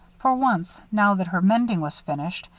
for once, now that her mending was finished,